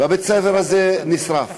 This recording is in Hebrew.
שבית-הספר הזה נשרף,